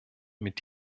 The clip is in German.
mit